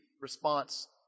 response